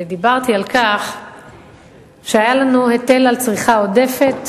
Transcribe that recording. ודיברתי על כך שהיה לנו היטל על צריכה עודפת,